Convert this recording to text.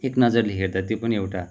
एक नजरले हेर्दा त्यो पनि एउटा